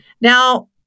Now